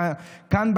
כאן,